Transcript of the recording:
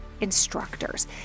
instructors